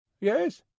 yes